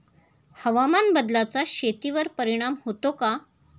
हवामान बदलाचा शेतीवर परिणाम होतो का?